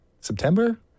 September